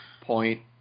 Point